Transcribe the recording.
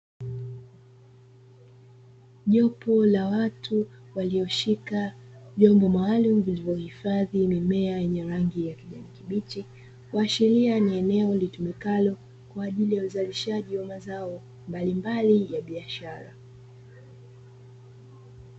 Jopo la watu walioshika vyombo maalumu vilivyohifadhi mimea yenye rangi ya kibichi, kuashiria ni eneo litumekalo kwa ajili ya uzalishaji wa mazao mbalimbali ya biashara.